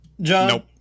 John